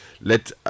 let